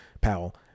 Powell